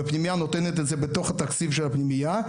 והפנימיה נותנת את זה בתוך התקציב של הפנימיה,